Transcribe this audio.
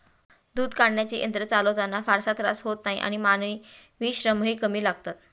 दूध काढण्याचे यंत्र चालवताना फारसा त्रास होत नाही आणि मानवी श्रमही कमी लागतात